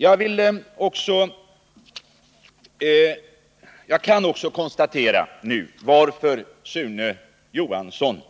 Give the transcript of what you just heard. Jag kan ju också konstatera varför Sune Johansson